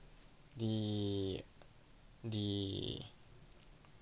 the the